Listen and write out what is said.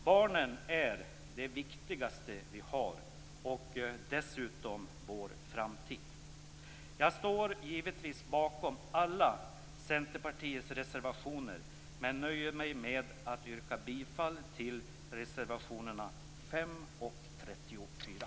Barnen är det viktigaste vi har, och de är dessutom vår framtid. Jag står givetvis bakom alla Centerpartiets yrkanden, men jag nöjer mig med att yrka bifall till reservationerna nr 5 och 34.